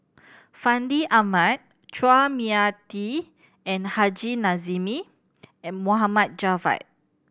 Fandi Ahmad Chua Mia Tee and Haji Namazie M Moham Javad